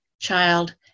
child